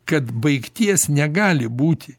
kad baigties negali būti